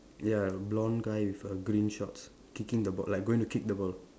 ya blond guy with a green shorts kicking the ball like going to kick the ball